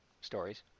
stories